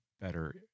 better